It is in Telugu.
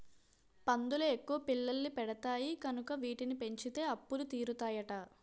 పందులు ఎక్కువ పిల్లల్ని పెడతాయి కనుక వీటిని పెంచితే అప్పులు తీరుతాయట